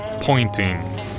pointing